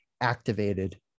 activated